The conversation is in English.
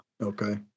Okay